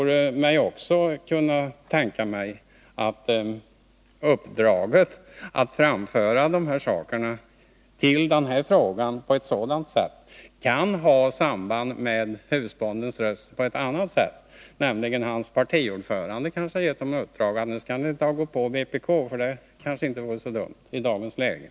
Jag kan också tänka mig att uppdraget att framföra dessa frågor på det sätt som nu har skett kan ha samband med ”husbondens röst” i ett annat sammanhang. Kanske har Sven Anderssons partiordförande givit honom uppdraget att angripa vpk och menat att det inte skulle vara så dumt i dagens läge.